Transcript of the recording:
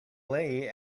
lay